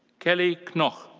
kelly knoch.